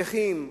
את הנכים,